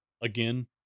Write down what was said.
again